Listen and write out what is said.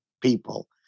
people